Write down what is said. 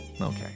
okay